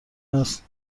است